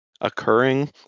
Occurring